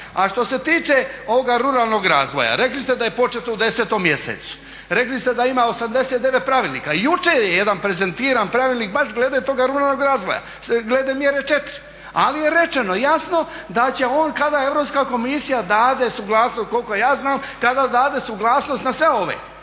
A što se tiče ovoga ruralnog razvoja, rekli ste da je početo u 10. mjesecu, rekli ste da ima 89 pravilnika. I jučer je jedan prezentiran pravilnik baš glede toga ruralnog razvoja, glede mjere 4 ali je rečeno jasno da će on kada Europska komisija dade suglasnost, koliko ja znam, kada dade suglasnost na sve ove.